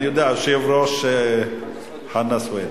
אני יודע, היושב-ראש חנא סוייד.